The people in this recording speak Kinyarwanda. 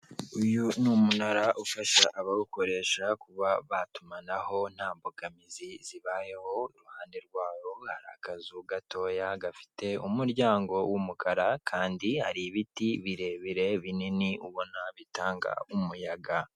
Iyi ni inzu nini bisa nk'aho ari isoko ririmo abantu benshi bari mubi bikorwa bigiye bitandukanye, ikikijwe n'igipangu cy'umukara hanze yayo hari ibinyabiziga by'ubwoko bwose.